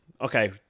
Okay